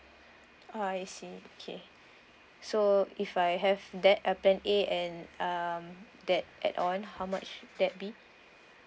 ah I see okay so if I have that uh plan A and um that add on how much that be